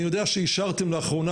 אני יודע שאישרתם לאחרונה,